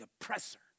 oppressor